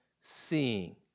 seeing